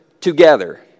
together